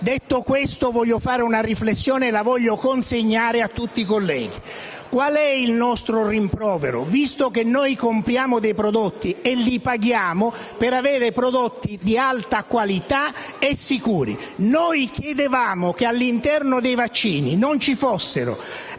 Detto questo, voglio fare una riflessione e la voglio consegnare a tutti i colleghi, spiegando qual è il nostro rimprovero. Visto che noi compriamo dei prodotti e li paghiamo per averli di alta qualità e sicuri, chiedevamo che all'interno dei vaccini non ci fossero